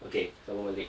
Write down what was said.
okay sambung balik